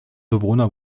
bewohner